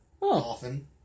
often